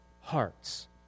hearts